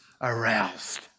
aroused